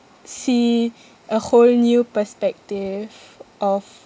see a whole new perspective of